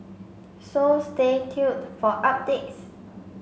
so stay tuned for updates